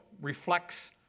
reflects